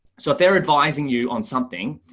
so if they're advising you on something,